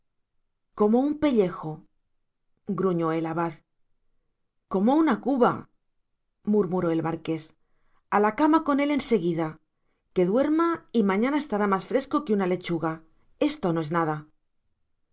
como un pellejo gruñó el abad como una cuba murmuró el marqués a la cama con él en seguida que duerma y mañana estará más fresco que una lechuga esto no es nada